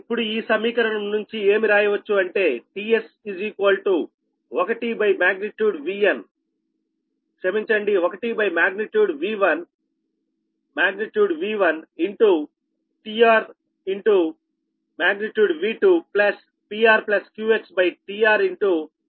ఇప్పుడు ఈ సమీకరణం నుంచి ఏమి రాయవచ్చు అంటే tS1magnitude V1magnitude V1 tR|V2|prqxtR|V2|